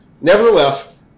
Nevertheless